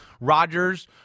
Rodgers